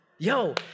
Yo